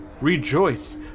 Rejoice